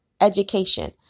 education